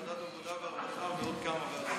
בוועדת העבודה והרווחה ובעוד כמה ועדות,